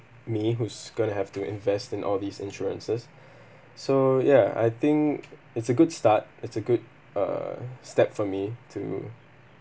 me who's going to have to invest in all these insurances so ya I think it's a good start it's a good uh step for me to